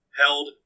held